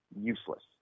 useless